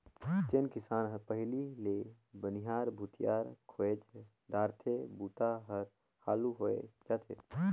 जेन किसान हर पहिले ले बनिहार भूथियार खोएज डारथे बूता हर हालू होवय जाथे